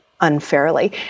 unfairly